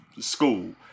school